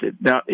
now